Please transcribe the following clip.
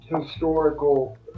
historical